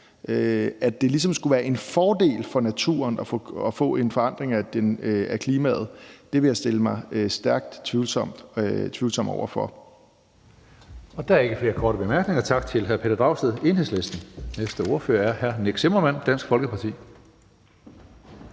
At det ligesom skulle være en fordel for naturen med en forandring af klimaet, vil jeg stille mig stærkt tvivlsom over for. Kl. 16:17 Tredje næstformand (Karsten Hønge): Der er ikke flere korte bemærkninger. Tak til hr. Pelle Dragsted, Enhedslisten. Næste ordfører er hr. Nick Zimmermann, Dansk Folkeparti.